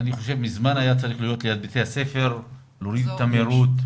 אני חושב שמזמן היה צריך ליד בתי הספר להוריד את המהירות,